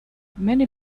many